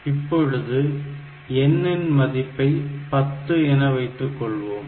இப்பொழுது N இன் மதிப்பை 10 என வைத்துள்ளோம்